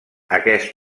aquest